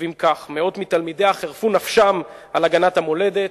כותבים כך: מאות מתלמידיה חירפו נפשם על הגנת המולדת.